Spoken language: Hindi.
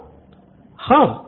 स्टूडेंट३ हाँ